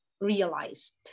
realized